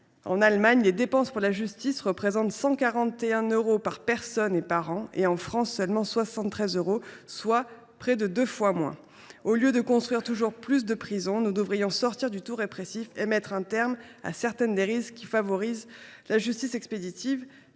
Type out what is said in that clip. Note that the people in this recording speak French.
en Allemagne, les dépenses pour la justice représentent 141 euros par personne et par an ; en France, elles s’élèvent seulement à 73 euros, soit près de deux fois moins. Au lieu de construire toujours plus de prisons, nous devrions sortir du tout répressif et mettre un terme à certaines dérives qui favorisent la justice expéditive.